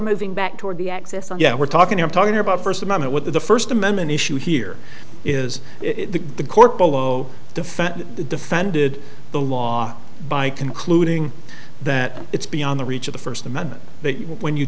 moving back toward the access and yeah we're talking i'm talking about first amendment with the first amendment issue here is the court below defend the defended the law by concluding that it's beyond the reach of the first amendment that when you